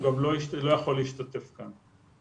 הוא גם לא יכול להשתתף כאן.